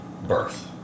birth